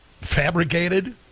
fabricated